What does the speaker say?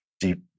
deep